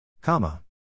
Comma